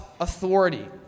authority